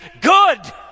good